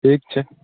ठीक छै